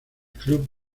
club